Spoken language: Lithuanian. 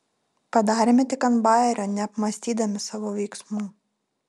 padarėme tik ant bajerio neapmąstydami savo veiksmų